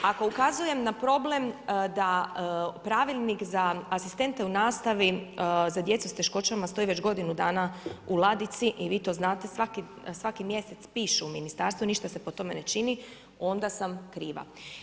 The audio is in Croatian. Ako ukazujem na problem da pravilnik za asistente u nastavi za djecu s teškoćama stoji već godinu dana u ladici i vi to znate svaki mjesec pišu ministarstvu i ništa se po tome ne čini, onda sam kriva.